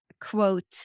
quote